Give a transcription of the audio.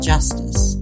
Justice